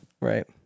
Right